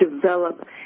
develop